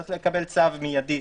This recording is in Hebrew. צריך לקבל צו מיידי.